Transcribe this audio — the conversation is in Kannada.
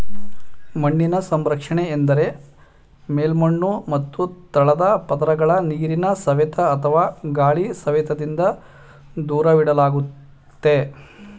ಮಣ್ಣಿನ ಸಂರಕ್ಷಣೆ ಎಂದರೆ ಮೇಲ್ಮಣ್ಣು ಮತ್ತು ತಳದ ಪದರಗಳನ್ನು ನೀರಿನ ಸವೆತ ಅಥವಾ ಗಾಳಿ ಸವೆತದಿಂದ ದೂರವಿಡೋದಾಗಯ್ತೆ